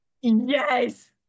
Yes